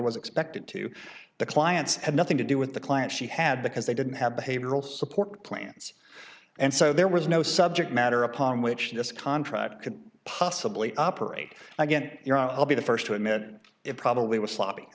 was expected to the clients had nothing to do with the client she had because they didn't have behavioral support plans and so there was no subject matter upon which this contract could possibly operate again you're i'll be the first to admit it probably was sloppy i